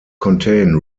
contain